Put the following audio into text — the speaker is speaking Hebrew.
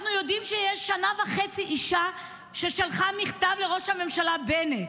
אנחנו יודעים ששנה וחצי אישה ששלחה מכתב לראש הממשלה בנט,